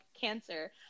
cancer